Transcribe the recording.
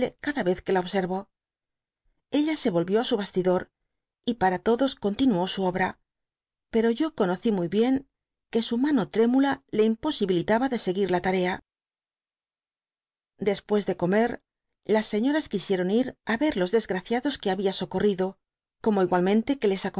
cada vez que la observo ella se volvió á su bastidor y para todos continuó su obra pero yo ccmocí muy bien que su mano trémula le imposibilitaba de seguir la tarea después de comer las señoras quisieron ir á ver losldesgraciados que había socorrido como igualraeihlque les